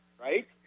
right